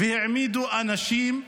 והעמידו אנשים,